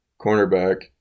cornerback